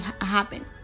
happen